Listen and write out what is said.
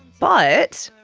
but